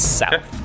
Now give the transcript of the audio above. south